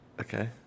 Okay